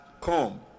come